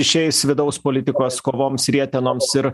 išeis vidaus politikos kovoms rietenoms ir